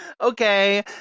Okay